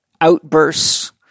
outbursts